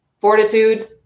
fortitude